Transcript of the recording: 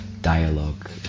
dialogue